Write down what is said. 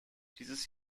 dieses